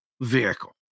vehicle